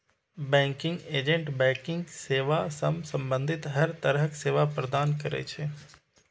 banking agent banking सेवा सं संबंधित हर तरहक सेवा प्रदान करै छै